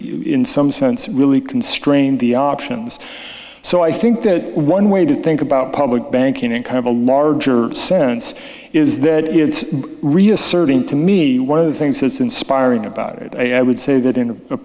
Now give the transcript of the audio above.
in some sense really constrained the options so i think that one way to think about public banking in kind of a larger sense is that it's reasserting to me one of the things that's inspiring about it i would say that in a